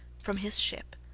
from his ship,